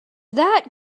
that